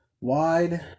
wide